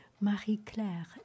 Marie-Claire